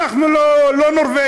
אנחנו לא נורבגיה,